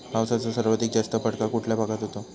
पावसाचा सर्वाधिक जास्त फटका कुठल्या भागात होतो?